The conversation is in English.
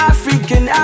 African